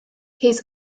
his